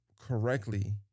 correctly